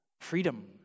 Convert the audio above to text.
freedom